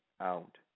out